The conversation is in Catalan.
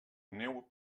neu